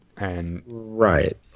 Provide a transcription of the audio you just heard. Right